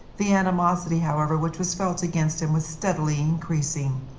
the animosity, however, which was felt against him, was steadily increasing.